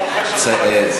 חבר הכנסת